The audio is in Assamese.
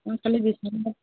মই খালি